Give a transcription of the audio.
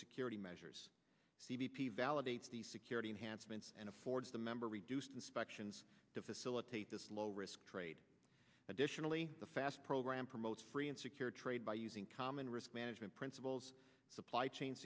security measures c b p validates the security enhancements and affords the member reduced inspections to facilitate this low risk trade additionally the fast program promotes free and secure trade by using common risk management principles supply chain